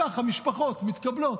ככה משפחות מתקבלות.